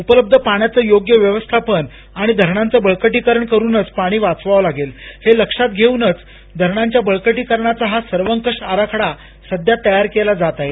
उपलब्ध पाण्याचे योग्य व्यवस्थापन आणि धरणांचे बळकटीकरण करूनच पाणी वाचवावे लागेल हे लक्षात घेऊनच धरणांच्या बळकटीकरणाचा हा आराखडा तयार केला जात आहे